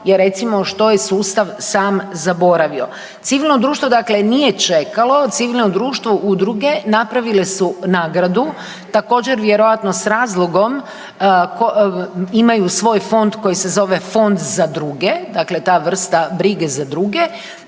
je recimo, što je sustav sam zaboravio. Civilno društvo dakle nije čekalo, civilno društvo udruge napravile su nagradu. Također, vjerojatno s razlogom imaju svoj fond koji se zove Fond za druge, dakle ta vrsta brige za druge